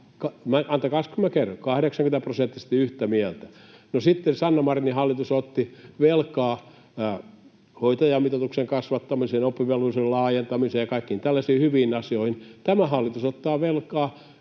antakaas, kun kerron —80-prosenttisesti yhtä mieltä. No, sitten Sanna Marinin hallitus otti velkaa hoitajamitoituksen kasvattamiseen, oppivelvollisuuden laajentamiseen ja kaikkiin tällaisiin hyviin asioihin. Tämä hallitus ottaa velkaa